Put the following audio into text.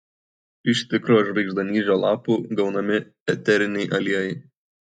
iš tikrojo žvaigždanyžio lapų gaunami eteriniai aliejai